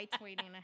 waiting